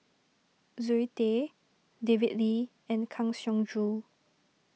Zoe Tay David Lee and Kang Siong Joo